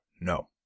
no